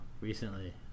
recently